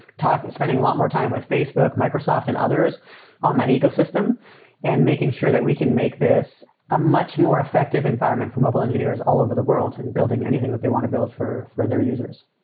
spending a lot more time with facebook, microsoft and others on that ecosystem and making sure that we can make this a much more effective environment for mobile engineers all over the world and building anything that they want to build for for their users